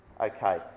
Okay